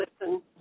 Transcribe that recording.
listen